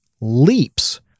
leaps